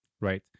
right